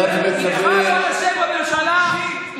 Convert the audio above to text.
איתך לא נשב בממשלה בטוח.